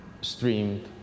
streamed